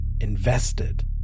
invested